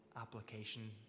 application